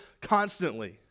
constantly